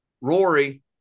Rory